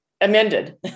amended